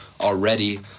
already